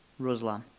Ruslan